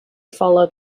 followed